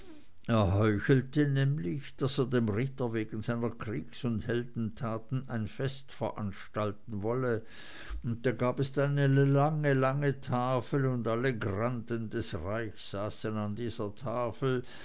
heuchelte nämlich daß er dem ritter wegen seiner kriegs und heldentaten ein fest veranstalten wolle und da gab es denn eine lange lange tafel und alle granden des reichs saßen an dieser tafel